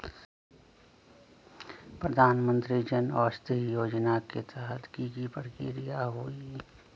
प्रधानमंत्री जन औषधि योजना के तहत की की प्रक्रिया होई?